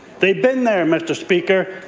they've been there, mr. speaker,